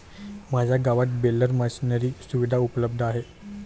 माझ्या गावात baler machinery सुविधा उपलब्ध आहे